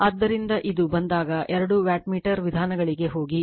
ಆದ್ದರಿಂದ ಇದು ಬಂದಾಗ ಎರಡು ವ್ಯಾಟ್ಮೀಟರ್ ವಿಧಾನಗಳಿಗೆ ಹೋಗಿ